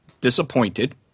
disappointed